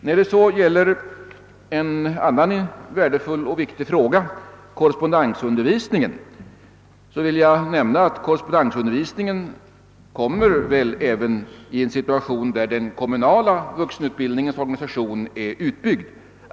När det så gäller en annan värdefull och viktig fråga, korrespöndensundervisningen, vill jag nämna att korrespondensundervisningen väl även kommer att ha kvar viktiga uppgifter när den kommunala vuxenutbildningens organisation är utbyggd.